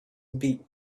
beak